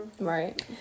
Right